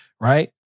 right